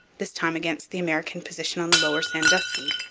this time against the american position on the lower sandusky,